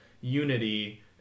unity